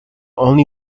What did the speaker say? only